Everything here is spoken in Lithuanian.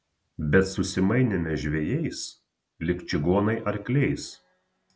bet susimainėme žvejais lyg čigonai arkliais